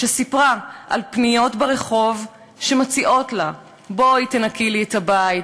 שסיפרה על פניות ברחוב שמציעות לה: בואי תנקי לי את הבית